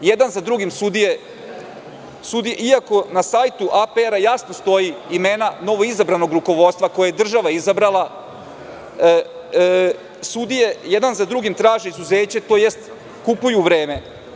Iako na sajtu APR jasno stoje imena novoizabranog rukovodstva koje je država izabrala, sudije, jedan za drugim traže izuzeće, tj. kupuju vreme.